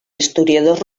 historiadors